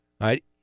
right